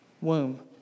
womb